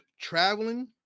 traveling